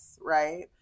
Right